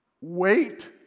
wait